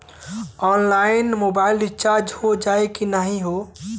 Online mobile recharge हो जाई की ना हो?